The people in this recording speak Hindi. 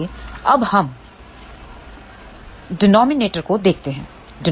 आइए अब हमडेनोमिनेटर को देखते हैं